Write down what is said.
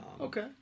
Okay